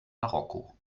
marokko